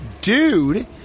dude